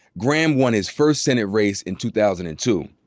graham won his first senate race in two thousand and two.